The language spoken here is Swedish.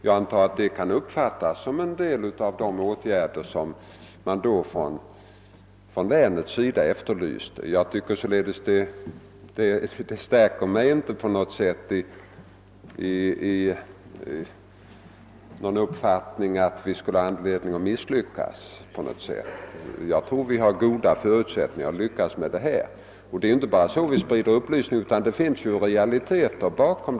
Jag antar att det kan uppfattas som en del av de åtgärder som man då från länets sida efterlyste. Det stärker inte på något sätt uppfattningen att vi skulle kunna komma att misslyckas. Jag tror tvärtom att vi har goda förutsättningar att lyckas. Det är inte bara på detta sätt vi sprider upplysning, utan det finns realiteter bakom.